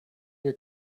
your